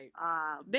Right